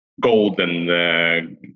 golden